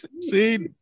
See